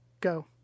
go